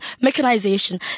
mechanization